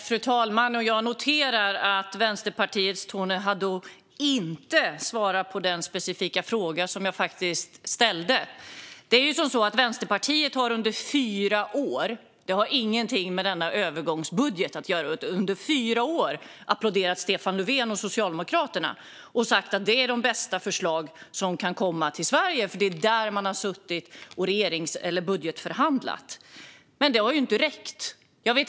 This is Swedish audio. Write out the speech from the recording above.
Fru talman! Jag noterar att Vänsterpartiets Tony Haddou inte svarar på den specifika fråga jag ställde. Detta har ingenting med övergångsbudgeten att göra. Vänsterpartiet har under fyra år applåderat Stefan Löfven och Socialdemokraterna och sagt att de har haft de bästa förslagen för Sverige. Det är med dem ni har budgetförhandlat. Detta har dock inte räckt till.